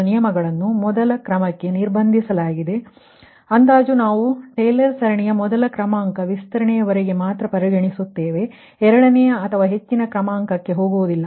ಮತ್ತು ನಿಯಮಗಳನ್ನು ಮೊದಲ ಕ್ರಮಾಂಕಕ್ಕೆ ನಿರ್ಬಂಧಿಸಲಾಗಿದೆ ಅಂದಾಜು ನಾವು ಟೇಲರ್ ಸರಣಿಯ ಮೊದಲ ಕ್ರಮಾಂಕ ವಿಸ್ತರಣೆಯವರೆಗೆ ಮಾತ್ರ ಪರಿಗಣಿಸುತ್ತೇವ ಎರಡನೆಯ ಅಥವಾ ಹೆಚ್ಚಿನ ಕ್ರಮಾಂಕಕ್ಕೆ ಹೋಗುವುದಿಲ್ಲ